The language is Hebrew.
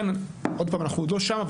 אנחנו עוד לא שם,